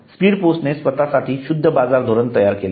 speed पोस्टने स्वतःसाठी शुद्ध बाजार धोरण तयार केले आहे